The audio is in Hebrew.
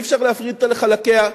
אי-אפשר להפריד אותה לחלקיה.